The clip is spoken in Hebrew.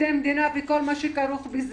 עובדי מדינה וכל הכרוך בזה,